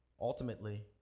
ultimately